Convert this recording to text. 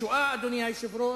השואה, אדוני היושב-ראש,